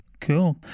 Cool